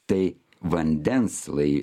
tai vandens lai